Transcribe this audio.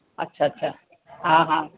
अच्छा अच्छा हा हा